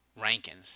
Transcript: Rankins